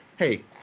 Hey